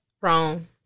Wrong